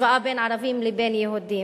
השוואה בין ערבים לבין יהודים,